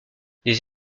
les